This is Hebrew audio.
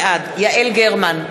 בעד יעל גרמן,